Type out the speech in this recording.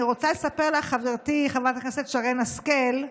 אני רוצה לספר לך, חברתי חברת הכנסת שרן השכל,